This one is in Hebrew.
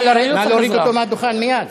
נא להוריד אותו מהדוכן מייד.